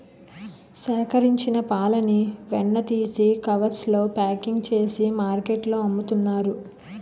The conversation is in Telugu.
సేకరించిన పాలని వెన్న తీసి కవర్స్ లో ప్యాకింగ్ చేసి మార్కెట్లో అమ్ముతున్నారు